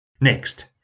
Next